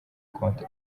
konti